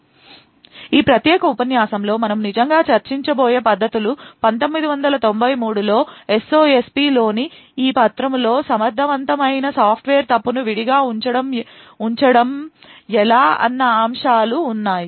slide సమయం చూడండి 1237 ఈ ప్రత్యేక ఉపన్యాసంలో మనము నిజంగా చర్చించబోయే పద్ధతులు 1993 లో SOSP లోని ఈ పత్రము లో సమర్థవంతమైన సాఫ్ట్వేర్ తప్పును విడిగా ఉంచడం ఎలా అన్నఅంశాలు ఉన్నాయి